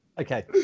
Okay